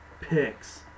picks